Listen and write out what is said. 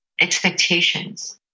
expectations